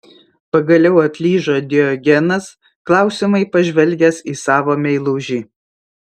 pagaliau atlyžo diogenas klausiamai pažvelgęs į savo meilužį